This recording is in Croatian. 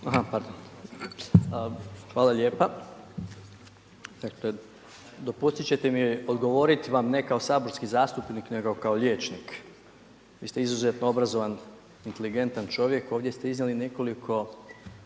Hvala lijepa. Dakle dopustiti ćete mi odgovoriti vam ne kao saborski zastupnik nego kao liječnik. Vi ste izuzetno obrazovan, inteligentan čovjek ovdje ste iznijeli nekoliko